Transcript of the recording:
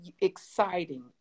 exciting